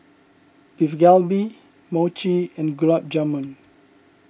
Beef Galbi Mochi and Gulab Jamun